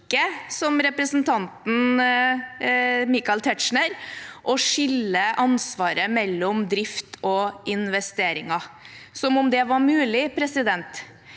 som representanten Michael Tetzschner, å skille ansvaret mellom drift og investeringer – som om det var mulig. Det